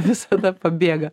visada pabėga